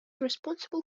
responsible